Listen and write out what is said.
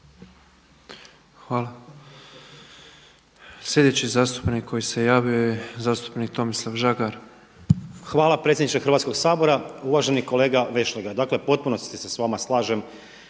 Hvala. Sljedeći zastupnik koji se javio je zastupnik Tomislav Žagar. **Žagar, Tomislav (Nezavisni)** Hvala predsjedniče Hrvatskog sabora, poštovani kolega Vešligaj. Dakle, u potpunosti se s vama slažem